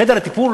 חדר הטיפול